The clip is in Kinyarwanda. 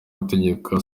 gutegeka